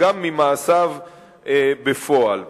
וגם ממעשיו בפועל.